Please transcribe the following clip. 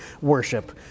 worship